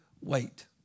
Wait